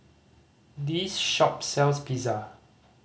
this shop sells Pizza